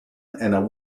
and